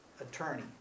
attorney